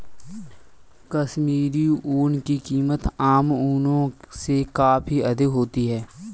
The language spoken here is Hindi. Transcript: कश्मीरी ऊन की कीमत आम ऊनों से काफी अधिक होती है